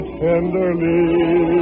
tenderly